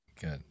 Good